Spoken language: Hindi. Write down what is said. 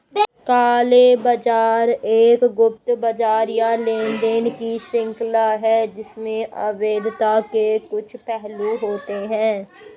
काला बाजार एक गुप्त बाजार या लेनदेन की श्रृंखला है जिसमें अवैधता के कुछ पहलू होते हैं